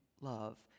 love